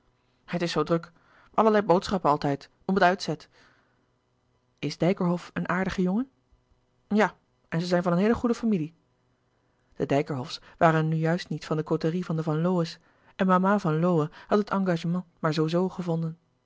het is zoo druk allerlei boodschappen altijd om het uitzet is dijkerhof een aardige jongen ja en ze zijn van een heele goede familie de dijkerhofs waren nu juist niet van de côterie van de van lowe's en mama van lowe had het engagement maar zoo-zoo gevonden